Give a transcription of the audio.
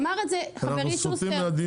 ואמר את זה חברי שוסטר -- טוב אנחנו סוטים מהדיון.